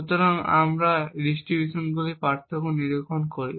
সুতরাং আমরা এই ডিস্ট্রিবিউশনগুলির পার্থক্য নিরীক্ষণ করি